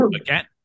again